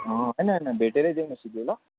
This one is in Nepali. अँ होइन होइन भेटेर देऊ न सिधै ल